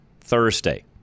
Thursday